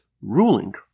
ruling